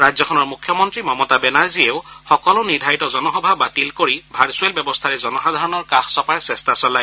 ৰাজ্যখনৰ মুখ্যমন্তী মমতা বেনাৰ্জীয়েও সকলো নিৰ্ধাৰিত জনসভা বাতিল কৰিছে আৰু ভাৰ্ছুৱেল ব্যৱস্থাৰে জনসাধাৰণৰ কাষ চপাৰ চেষ্টা চলায়